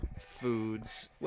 foods